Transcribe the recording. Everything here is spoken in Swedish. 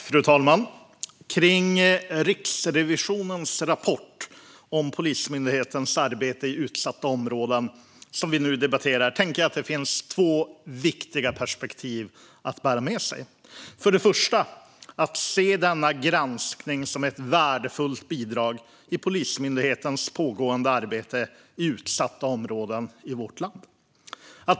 Fru talman! När vi debatterar Riksrevisionens rapport om Polismyndighetens arbete i utsatta områden tänker jag att det är viktigt att bära med sig två perspektiv. För det första ska vi se denna granskning som ett värdefullt bidrag i Polismyndighetens pågående arbete i utsatta områden i vårt land.